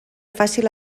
fàcil